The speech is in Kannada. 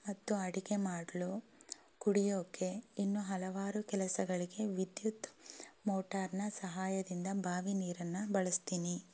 ಮತ್ತು ಅಡಿಗೆ ಮಾಡಲು ಕುಡಿಯೋಕ್ಕೆ ಇನ್ನೂ ಹಲವಾರು ಕೆಲಸಗಳಿಗೆ ವಿದ್ಯುತ್ ಮೋಟಾರ್ನ ಸಹಾಯದಿಂದ ಬಾವಿ ನೀರನ್ನು ಬಳಸ್ತೀನಿ